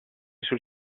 sul